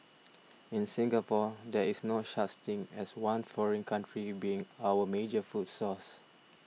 in Singapore there is no such thing as one foreign country being our major food source